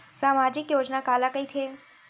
सामाजिक योजना काला कहिथे?